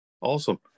Awesome